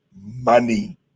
money